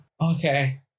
Okay